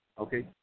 okay